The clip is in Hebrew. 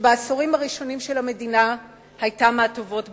שבעשורים הראשונים של המדינה היתה מהטובות בעולם.